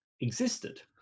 existed